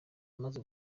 yamaze